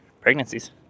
pregnancies